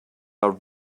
are